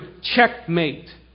checkmate